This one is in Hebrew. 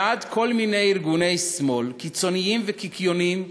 ועד כל מיני ארגוני שמאל קיצוניים וקיקיוניים